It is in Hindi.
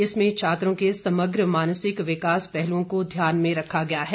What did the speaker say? इसमें छात्रों के समग्र मानसिक विकास पहलुओं को ध्यान में रखा गया है